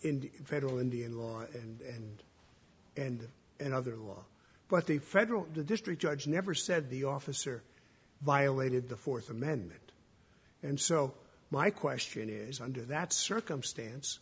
in federal indian law and and another law but the federal district judge never said the officer violated the fourth amendment and so my question is under that circumstance